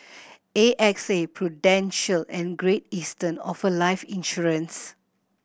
A X A Prudential and Great Eastern offer life insurance